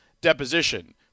deposition